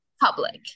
public